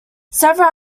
several